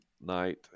night